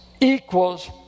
equals